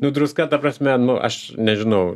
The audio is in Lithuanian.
nu druska ta prasme nu aš nežinau